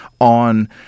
on